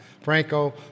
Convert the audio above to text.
Franco